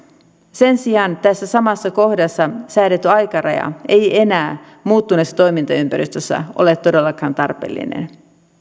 sen sijaan tässä samassa kohdassa säädetty aikaraja ei enää muuttuneessa toimintaympäristössä ole todellakaan tarpeellinen